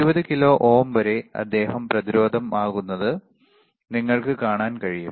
20 kilo ohm വരെ അദ്ദേഹം പ്രതിരോധം ആകുന്നതു നിങ്ങൾക്ക് കാണാൻ കഴിയും